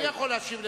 אני יכול להשיב לך,